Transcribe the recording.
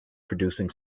producing